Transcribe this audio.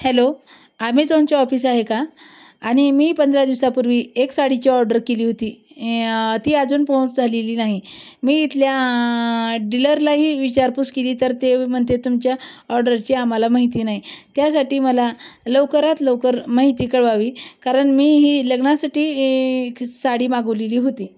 hello ॲमेझॉनच्या office आहे का आणि मी पंधरा दिवसापूर्वी एक साडीची ऑर्डर केली होती इए ती अजून पोहोच झालेली नाही मी इथल्या डीलरलाही विचारपूस केली तर ते म्हणते तुमच्या ऑर्डरची आम्हाला माहिती नाही त्यासाठी मला लवकरात लवकर माहिती कळवावी कारण मी ही लग्नासाठी ही साडी मागवलेली होती